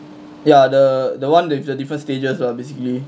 ya the the one with the different stages lah basically